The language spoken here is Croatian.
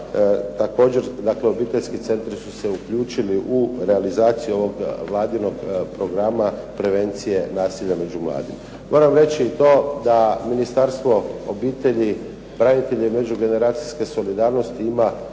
dakle obiteljski centri su se uključili u realizaciju ovog Vladinog programa prevencije nasilja među mladima. Moram reći to da Ministarstvo obitelji, branitelja i međugeneracijske solidarnosti ima